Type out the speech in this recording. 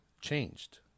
changed